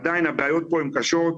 עדיין הבעיות פה הן קשות.